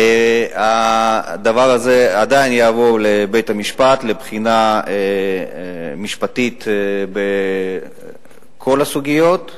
הדבר עדיין יעבור לבית-משפט לבחינה משפטית בכל הסוגיות,